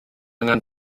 angen